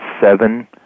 seven